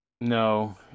No